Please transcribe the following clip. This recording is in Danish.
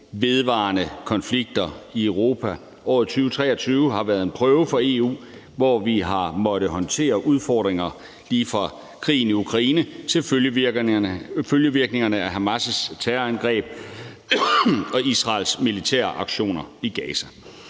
vedvarende konflikter i Europa. Året 2023 har været en prøve for EU, hvor vi har måttet håndtere udfordringer lige fra krigen i Ukraine til følgevirkningerne af Hamas' terrorangreb og Israels militære aktioner i Gaza.